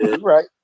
Right